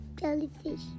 Jellyfish